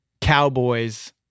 cowboys